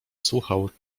słuchał